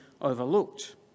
overlooked